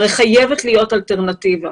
חייבת להיות אלטרנטיבה.